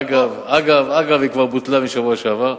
אגב, היא כבר בוטלה בשבוע שעבר.